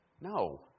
No